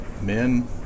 men